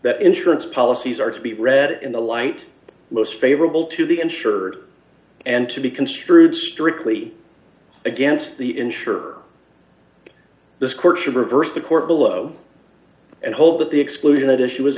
that insurance policies are to be read in the light most favorable to the insured and to be construed strictly against the insurer this court should reverse the court below and hope that the exclusion